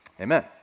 Amen